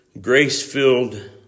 grace-filled